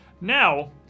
Now